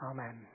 Amen